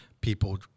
people